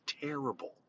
terrible